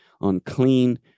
unclean